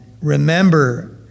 remember